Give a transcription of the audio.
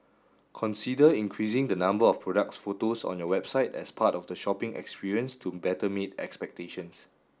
consider increasing the number of product photos on your website as part of the shopping experience to better meet expectations